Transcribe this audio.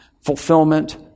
fulfillment